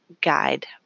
Guide